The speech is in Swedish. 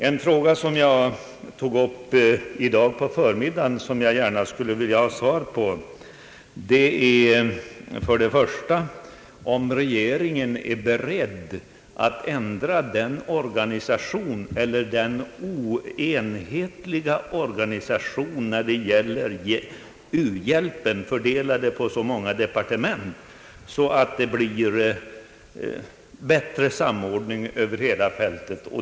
En fråga som jag tog upp i dag på förmiddagen och som jag gärna skulle vilja ha svar på är om regeringen är beredd att ändra u-hjälpens oenhetliga organisation, som är fördelad på så många departement, så att det blir bättre samordning över hela fältet.